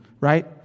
right